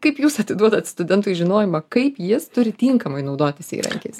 kaip jūs atiduodat studentui žinojimą kaip jis turi tinkamai naudotis įrankiais